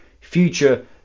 future